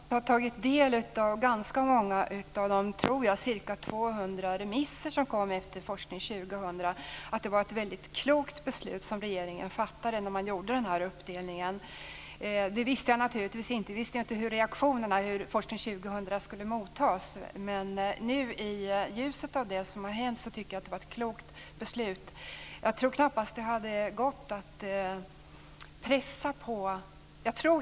Fru talman! Jag tror, efter att ha tagit del av ganska många av de ca 200 remissvar som kom in på Forskning 2000, att regeringen fattade ett väldigt klokt beslut när man gjorde den här uppdelningen. Naturligtvis visste jag inte hur Forskning 2000 skulle tas emot, men nu, i ljuset av det som har hänt, tycker jag att det var ett klokt beslut.